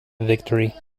victory